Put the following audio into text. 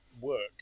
work